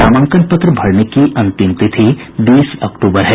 नामांकन पत्र भरने की अंतिम तिथि बीस अक्टूबर है